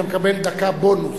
אתה מקבל דקה בונוס.